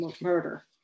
murder